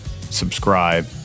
subscribe